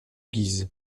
guise